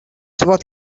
what